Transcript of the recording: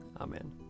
Amen